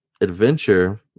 Adventure